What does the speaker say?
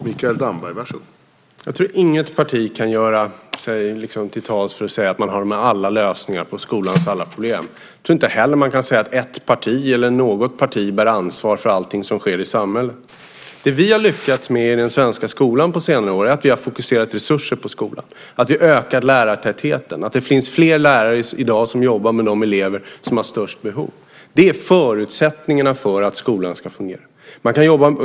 Herr talman! Jag tror inget parti kan säga att man har alla lösningar på skolans alla problem. Jag tror inte heller att man kan säga att ett parti bär ansvar för allting som sker i samhället. Det vi har lyckats med i den svenska skolan på senare år är att vi har fokuserat resurser på skolan. Vi har ökat lärartätheten. Det finns fler lärare i dag som jobbar med de elever som har störst behov. Det är förutsättningarna för att skolan ska fungera.